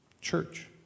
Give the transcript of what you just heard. church